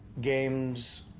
games